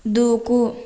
దూకు